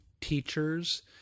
teachers